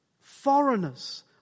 Foreigners